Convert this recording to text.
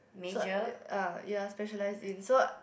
so I uh you are specialised in so